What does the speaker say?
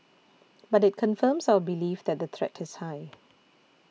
but it confirms our belief that the threat is high